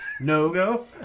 No